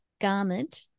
garment